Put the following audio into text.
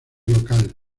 local